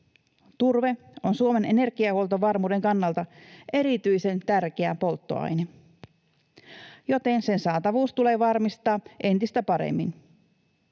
Turve on Suomen energiahuoltovarmuuden kannalta erityisen tärkeä polttoaine. Joten sen saatavuus tulee varmistaa entistä paremmin.